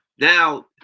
Now